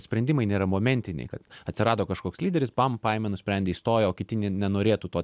sprendimai nėra momentiniai kad atsirado kažkoks lyderis pam paėmė nusprendė įstojo o kiti ne nenorėtų to